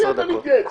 חוזרים ב-12:13